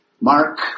Mark